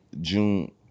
June